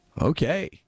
okay